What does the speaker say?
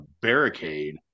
barricade